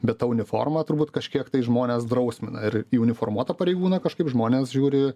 bet ta uniforma turbūt kažkiek tai žmones drausmina ir į uniformuotą pareigūną kažkaip žmonės žiūri